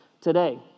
today